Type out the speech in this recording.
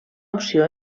opció